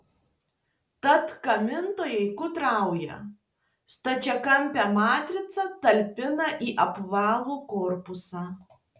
tad gamintojai gudrauja stačiakampę matricą talpina į apvalų korpusą